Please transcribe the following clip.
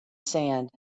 sand